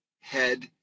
head